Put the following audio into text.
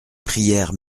prières